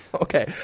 Okay